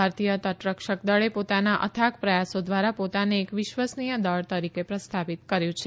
ભારતીય તટરક્ષક દળે પોતાના અથાક પ્રયાસો દ્વારા પોતાને એક વિશ્વસનીય દળ તરીકે સ્થાપિત કર્યુ છે